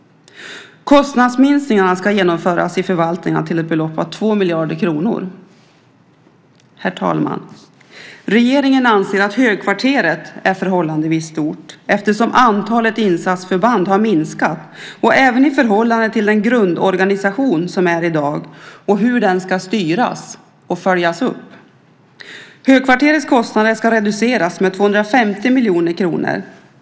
Kostnadsminskningar till ett belopp av 2 miljarder kronor ska genomföras i förvaltningarna. Herr talman! Regeringen anser att Högkvarteret är förhållandevis stort eftersom antalet insatsförband har minskat, även i förhållande till den grundorganisation som finns i dag och hur den ska styras och följas upp. Högkvarterets kostnader ska reduceras med 250 miljoner kronor.